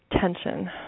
tension